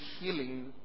healing